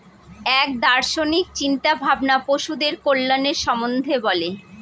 এক দার্শনিক চিন্তা ভাবনা পশুদের কল্যাণের সম্বন্ধে বলে